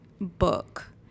book